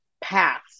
paths